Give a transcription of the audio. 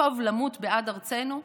"טוב למות בעד ארצנו",